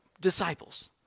disciples